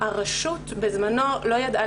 הרשות לקידום מעמד האישה בזמנו לא ידעה